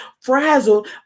frazzled